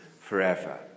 forever